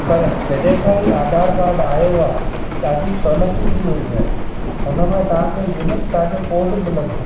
पर जॾहिं खां हीउ आधार कार्ड आयो आहे ई ॾाढी सहुलतूं थी वियूं आहिनि हुन में तव्हांखे यूनिक तव्हांजो कोड मिलंदो